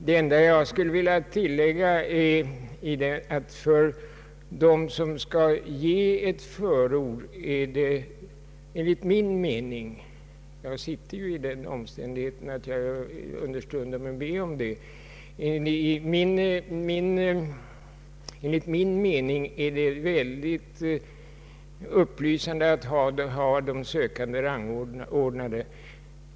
Det enda jag skulle vilja tillägga på den här punkten är att det för dem som skall ge ett förord — jag är ju i den situationen att jag understundom är med om att göra det — kan vara mycket upplysande att ha de sökande rangordnade.